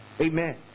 amen